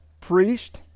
priest